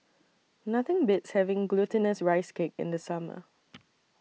Nothing Beats having Glutinous Rice Cake in The Summer